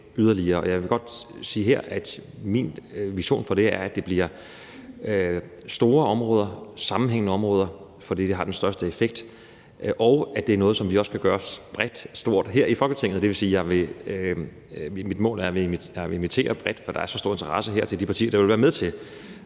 jeg vil godt sige her, at min vision for det er, at det bliver store områder, sammenhængende områder, for det er det, der har den største effekt, og at det er noget, som vi også kan gøre bredt og stort her i Folketinget. Og det vil sige, at mit mål er at invitere bredt, fordi der er så stor interesse blandt partier, der vil være med til